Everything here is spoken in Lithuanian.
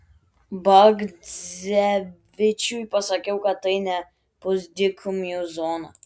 bagdzevičiui pasakiau kad tai ne pusdykumių zona